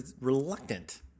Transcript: reluctant